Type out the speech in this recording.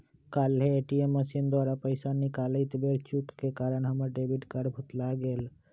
काल्हे ATM machine द्वारा पइसा निकालइत बेर चूक के कारण हमर डेबिट कार्ड भुतला गेल